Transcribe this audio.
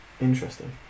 Interesting